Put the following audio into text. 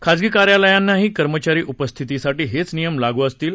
खाजगी कार्यालयांनाही कर्मचारी उपस्थितीसाठी हेच नियम लागू असतील